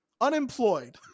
Unemployed